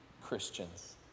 Christians